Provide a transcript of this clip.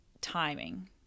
timing